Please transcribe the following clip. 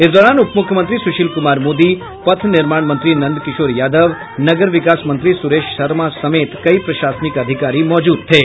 इस दौरान उपमुख्यमंत्री सुशील कुमार मोदी पथ निर्माण मंत्री नंदकिशोर यादव नगर विकास मंत्री सुरेश शर्मा समेत कई प्रशासनिक अधिकारी मौजूद थे